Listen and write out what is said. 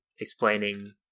explaining